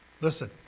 Listen